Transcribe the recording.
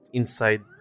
inside